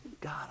god